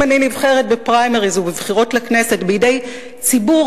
אם אני נבחרת בפריימריס או בבחירות לכנסת בידי ציבור